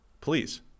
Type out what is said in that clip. please